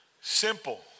Simple